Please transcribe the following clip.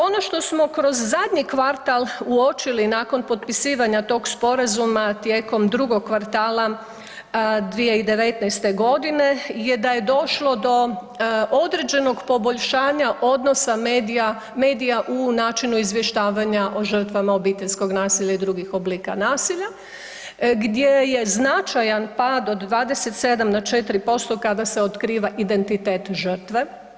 Ono što smo kroz zadnji kvartal uočili nakon potpisivanja tog sporazuma, a tijekom drugog kvartala 2019.g. je da je došlo do određenog poboljšanja odnosa medija, medija u načinu izvještavanja o žrtvama obiteljskog nasilja i drugih oblika nasilja gdje je značajan pad od 27 na 4% kada se otkriva identitet žrtve.